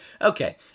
Okay